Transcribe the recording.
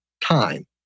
time